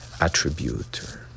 Attribute